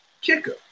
kicker